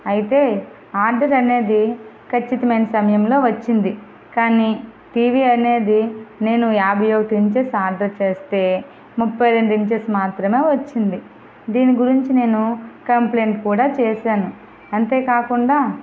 అయితే ఆర్డర్ అనేది ఖచ్చితమైన సమయంలో వచ్చింది కానీ టీవీ అనేది నేను యాభై ఒకటి ఇంచెస్ ఆర్డర్ చేస్తే ముప్పై రెండు ఇంచెస్ మాత్రమే వచ్చింది దీని గురించి నేను కంప్లైంట్ కూడా చేసాను అంతేకాకుండా